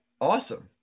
awesome